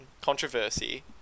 controversy